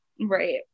Right